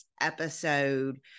episode